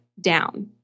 down